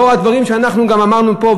לאור הדברים שאנחנו גם אמרנו פה,